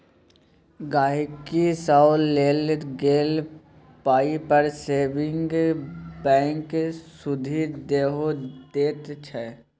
गांहिकी सँ लेल गेल पाइ पर सेबिंग बैंक सुदि सेहो दैत छै